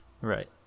Right